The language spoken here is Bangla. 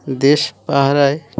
দেশ পাহড়ায়